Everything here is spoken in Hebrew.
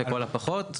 לכל הפחות,